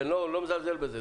ואני לא מזלזל בזה,